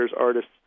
artists